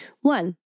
One